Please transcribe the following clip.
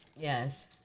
Yes